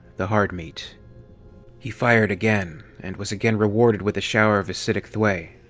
the hard meat he fired again, and was again rewarded with a shower of acidic thwei.